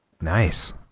Nice